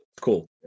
Cool